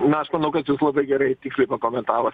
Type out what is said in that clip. na aš manau kad jūs labai gerai tiksliai pakomentavot